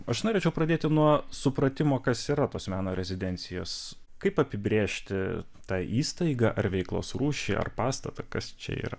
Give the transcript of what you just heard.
aš norėčiau pradėti nuo supratimo kas yra tos meno rezidencijos kaip apibrėžti tą įstaigą ar veiklos rūšį ar pastatą kas čia yra